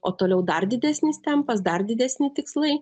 o toliau dar didesnis tempas dar didesni tikslai